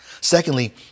Secondly